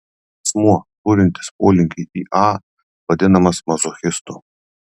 asmuo turintis polinkį į a vadinamas mazochistu